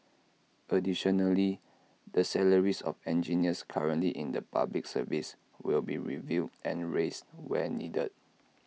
additionally the salaries of engineers currently in the Public Service will be reviewed and raised where needed